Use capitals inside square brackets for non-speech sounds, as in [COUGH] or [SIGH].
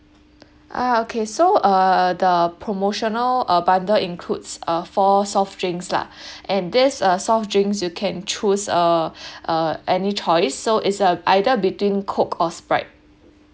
ah okay so uh the promotional uh bundle includes uh four soft drinks lah [BREATH] and these uh soft drinks you can choose uh [BREATH] uh any choice so is uh either between coke or Sprite